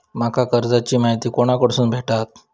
माका कर्जाची माहिती कोणाकडसून भेटात?